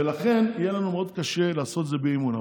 ולכן יהיה לנו מאוד קשה לעשות את זה באי-אמון.